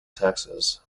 texas